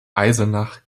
eisenach